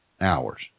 hours